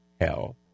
hell